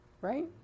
right